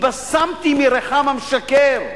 התבשמתי מריחם המשכר,